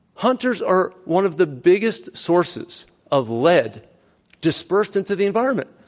hunters are one of the biggest sources of lead dispersed into the environment.